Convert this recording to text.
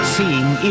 Seeing